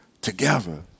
together